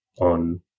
on